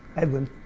edwin.